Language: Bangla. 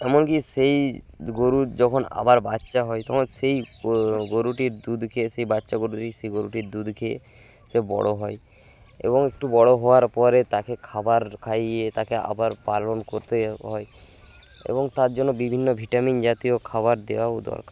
এমনকি সেই গরুর যখন আবার বাচ্চা হয় তখন সেই গরুটির দুধ খেয়ে সেই বাচ্চা গরুর থেকে সেই গরুটির দুধ খেয়ে সে বড়ো হয় এবং একটু বড়ো হওয়ার পরে তাকে খাবার খাইয়ে তাকে আবার পালন করতে হয় এবং তার জন্য বিভিন্ন ভিটামিন জাতীয় খাবার দেওয়াও দরকার